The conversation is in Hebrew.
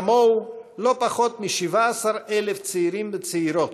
כמוהו, לא פחות מ-17,000 צעירים וצעירות,